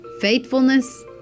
faithfulness